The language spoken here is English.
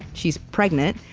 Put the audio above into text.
she's pregnant,